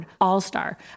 All-star